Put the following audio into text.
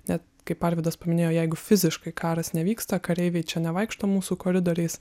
net kaip arvydas paminėjo jeigu fiziškai karas nevyksta kareiviai čia nevaikšto mūsų koridoriais